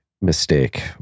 mistake